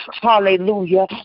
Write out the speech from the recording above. Hallelujah